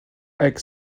high